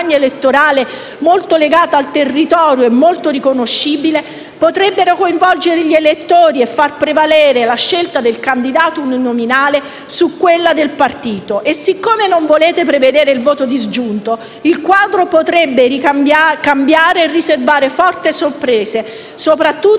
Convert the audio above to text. campagna elettorale molto legata al territorio e molto riconoscibile, potrebbero coinvolgere gli elettori e far prevalere la scelta del candidato uninominale su quella del partito. E, siccome non volete prevedere il voto disgiunto, il quadro potrebbe cambiare e riservare forti sorprese, soprattutto a voi del